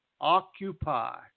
Occupy